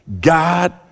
God